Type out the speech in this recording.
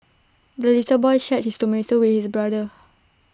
the little boy shared his tomato with brother